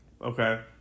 Okay